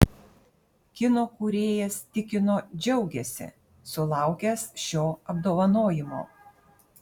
kino kūrėjas tikino džiaugiasi sulaukęs šio apdovanojimo